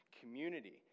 community